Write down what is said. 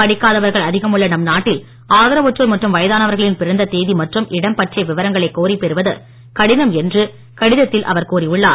படிக்காதவர்கள் அதிகம் உள்ள நம் நாட்டில் ஆதரவற்றோர் மற்றும் வயதானவர்களின் பிறந்த தேதி மற்றும் இடம் பற்றிய விவரங்களைக் கோரி பெறுவது கடினம் என்று கடிதத்தில் அவர் கூறி உள்ளார்